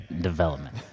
development